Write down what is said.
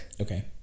Okay